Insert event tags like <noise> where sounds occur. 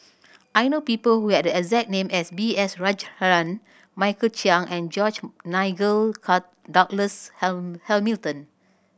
I know people who have the exact name as B S Rajhans Michael Chiang and George Nigel <unintelligible> Douglas <unintelligible> Hamilton